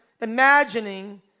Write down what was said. imagining